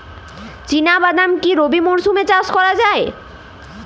চিনা বাদাম কি রবি মরশুমে চাষ করা যায়?